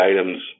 items